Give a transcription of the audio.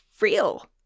real